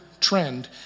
trend